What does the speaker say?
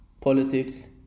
politics